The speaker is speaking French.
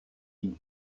ils